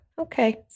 Okay